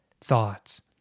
thoughts